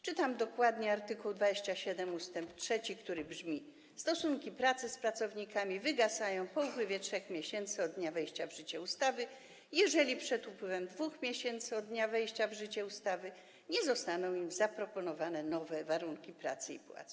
Czytam dokładnie art. 27 ust. 3, który brzmi: Stosunki pracy z pracownikami wygasają po upływie 3 miesięcy od dnia wejścia w życie ustawy, jeżeli przed upływem 2 miesięcy od dnia wejścia w życie ustawy nie zostaną im zaproponowane nowe warunki pracy i płacy.